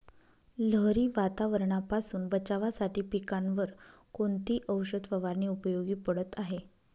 लहरी वातावरणापासून बचावासाठी पिकांवर कोणती औषध फवारणी उपयोगी पडत आहे?